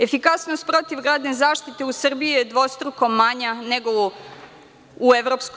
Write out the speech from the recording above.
Efikasnost protivgradne zaštite u Srbiji je dvostruko manja nego u EU.